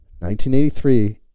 1983